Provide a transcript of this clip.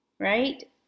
right